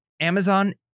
Amazon